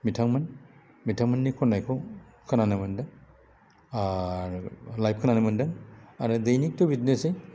बिथांमोन बिथांमोननि खननायखौ खोनानो मोन्दों आरो लाइभ खोनानो मोन्दों आरो दैनिकथ' बिदिनोसै